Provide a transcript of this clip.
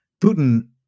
Putin